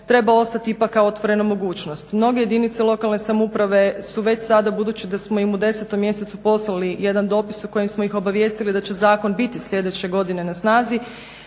treba ostat ipak kao otvorena mogućnost. Mnoge jedinice lokalne samouprave su već sada budući da smo im u 10. mjesecu poslali jedan dopis u kojem smo ih obavijestili da će zakon biti sljedeće godine na snazi